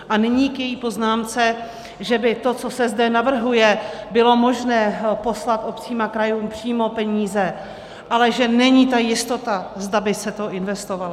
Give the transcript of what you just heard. A nyní k její poznámce, že by to, co se zde navrhuje, bylo možné poslat obcím a krajům přímo peníze, ale že není ta jistota, zda by se to investovalo.